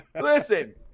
Listen